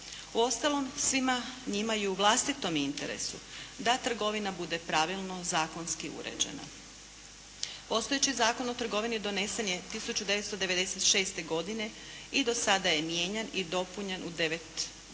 Uostalom, svima njima je u vlastitom interesu da trgovina bude pravilno, zakonski uređena. Postojeći Zakon o trgovini donesen je 1996. godine i do sada je mijenjan i dopunjavan devet